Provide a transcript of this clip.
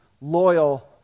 loyal